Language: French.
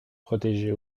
protéger